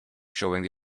showing